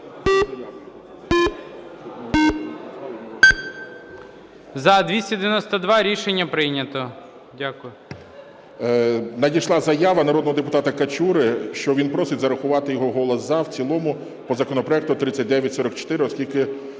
Надійшла заява народного депутата Качури, що він просить зарахувати його голос "за" в цілому по законопроекту 3944, оскільки